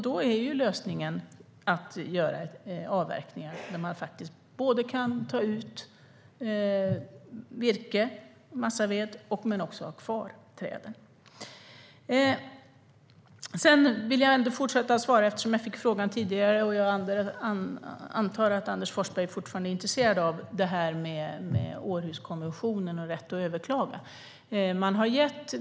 Då är lösningen att avverka så att man tar ut virke, massaved, och har kvar träd. Jag vill fortsätta att svara på den fråga jag fick tidigare, och jag antar att Anders Forsberg fortfarande är intresserad av Århuskonventionen och rätten att överklaga.